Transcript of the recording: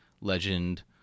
legend